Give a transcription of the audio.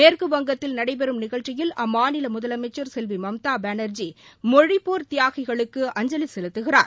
மேற்கு வங்கத்தில் நடைபெறும் நிகழ்ச்சியில் அம்மாநில முதலனமச்சர் செல்வி மம்தா பானர்ஜி மொழிப் போர் தியாகிகளுக்கு அஞ்சலி செலுத்துகிறார்